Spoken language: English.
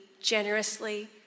generously